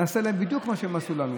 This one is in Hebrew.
נעשה להם בדיוק את מה שהם עשו לנו.